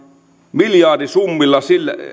miljardisummilla